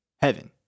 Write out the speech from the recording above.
Heaven